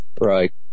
Right